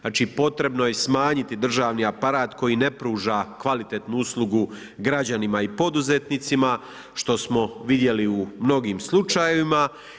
Znači, potrebno je smanjiti državni aparat koji ne pruža kvalitetnu uslugu građanima i poduzetnicima, što smo vidjeli u mnogim slučajevima.